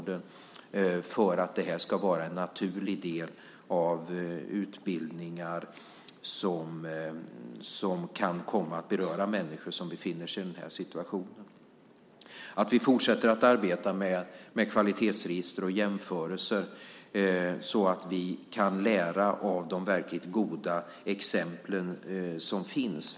Den ska vara en naturlig del av de utbildningar som kan komma att beröra människor som befinner sig i denna situation. Vi ska fortsätta att arbeta med kvalitetsregister och jämförelser så att vi kan lära av de verkligt goda exemplen som finns.